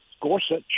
Gorsuch